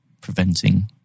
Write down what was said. preventing